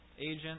agent